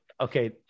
Okay